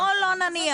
בואו לא נניח.